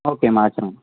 ஓகேமா வெச்சுடுங்க